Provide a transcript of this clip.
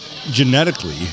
genetically